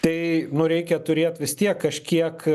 tai nu reikia turėt vis tiek kažkiek